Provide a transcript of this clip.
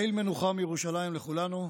ליל מנוחה מירושלים לכולנו.